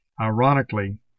Ironically